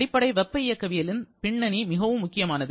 அடிப்படை வெப்ப இயக்கவியலின் பின்னணி மிகவும் முக்கியமானது